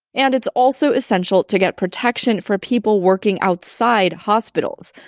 and it's also essential to get protection for people working outside hospitals.